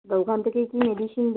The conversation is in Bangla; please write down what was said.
তা ওখান থেকেই কি মেডিসিন